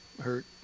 hurt